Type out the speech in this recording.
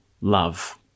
love